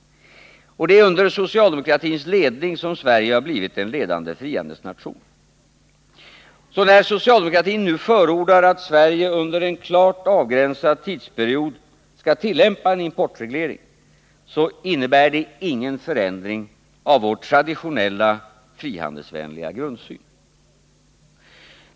Det är under socialdemokratins ledning Sverige har blivit en ledande frihandelsnation. När socialdemokratin nu förordar att Sverige under en klart avgränsad tidsperiod skall tillämpa en importreglering innebär det ingen förändring av vår traditionella frihandelsvänliga grundsyn.